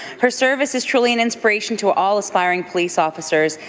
her service is truly an inspiration to all aspiring police officers,